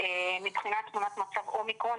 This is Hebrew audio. מבחינת תמונת מצב אומיקרון,